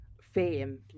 fame